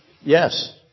Yes